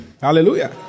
Hallelujah